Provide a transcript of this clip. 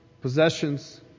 possessions